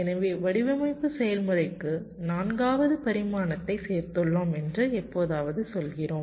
எனவே வடிவமைப்பு செயல்முறைக்கு நான்காவது பரிமாணத்தை சேர்த்துள்ளோம் என்று எப்போதாவது சொல்கிறோம்